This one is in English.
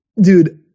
Dude